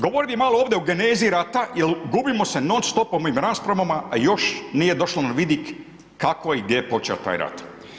Govorio bi malo ovdje o genezi rata jer gubimo se non-stop po ovim raspravama a još nije došlo na vidik kako je i gdje je počeo taj rat.